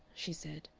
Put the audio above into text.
she said.